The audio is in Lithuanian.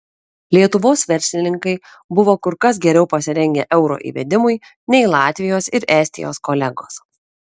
lietuvos verslininkai buvo kur kas geriau pasirengę euro įvedimui nei latvijos ir estijos kolegos